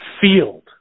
field